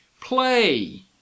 Play